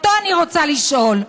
אותו אני רוצה לשאול,